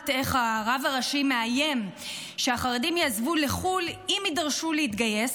שומעת איך הרב הראשי מאיים שהחרדים יעזבו לחו"ל אם יידרשו להתגייס,